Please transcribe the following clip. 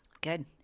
Good